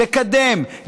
לקדם,